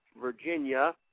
Virginia